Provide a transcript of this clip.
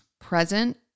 present